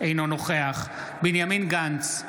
אינו נוכח בנימין גנץ,